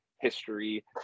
history